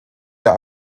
der